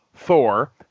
Thor